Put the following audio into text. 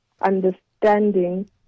understanding